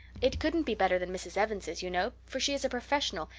it couldn't be better than mrs. evans's, you know, for she is a professional,